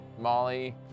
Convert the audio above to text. Molly